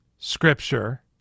scripture